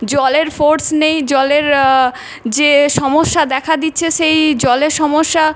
জলের ফোর্স নেই জলের যে সমস্যা দেখা দিচ্ছে সেই জলের সমস্যা